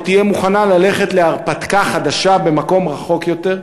או תהיה מוכנה ללכת להרפתקה חדשה במקום רחוק יותר,